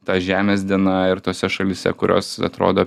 ta žemės diena ir tose šalyse kurios atrodo